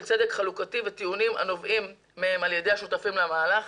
צדק חלוקתי וטיעונים הנובעים מהם על ידי השותפים למהלך.